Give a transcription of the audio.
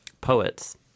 poets